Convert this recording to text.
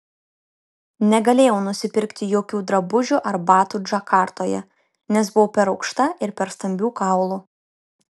negalėjau nusipirkti jokių drabužių ar batų džakartoje nes buvau per aukšta ir per stambių kaulų